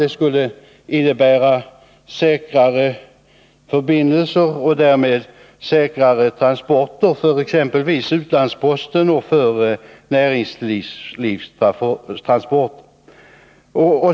Det skulle innebära säkrare förbindelser och därmed säkrare transporter för exempelvis utlandsposten och näringslivets transporter.